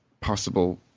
possible